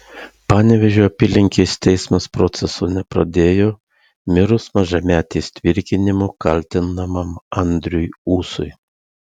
panevėžio apylinkės teismas proceso nepradėjo mirus mažametės tvirkinimu kaltinamam andriui ūsui